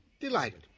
Delighted